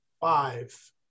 five